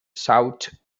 south